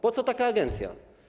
Po co taka agencja?